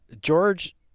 George